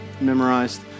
memorized